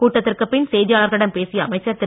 கூட்டத்திற்குப் பின் செய்தியாளர்களிடம் பேசிய அமைச்சர் திரு